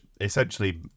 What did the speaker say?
essentially